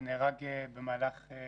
שנהרג במהלך טרטור.